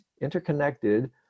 interconnected